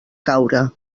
caure